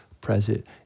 present